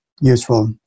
useful